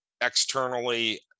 externally